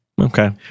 okay